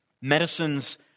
medicines